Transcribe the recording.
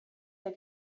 they